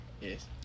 Yes